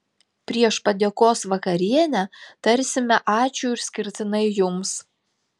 prieš padėkos vakarienę tarsime ačiū išskirtinai jums